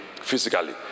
physically